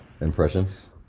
impressions